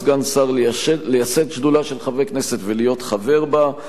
סגן שר לייסד שדולה של חברי כנסת ולהיות חבר בה.